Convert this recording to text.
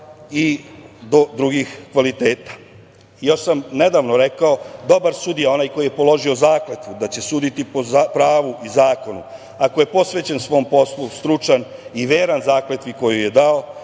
i do drugih kvaliteta. Još sam nedavno rekao, dobar je sudija onaj koji je položio zakletvu da će suditi po pravu i zakonu. Ako je posvećen svom poslu, stručan i veran zakletvi koju je dao,